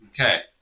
okay